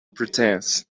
pretence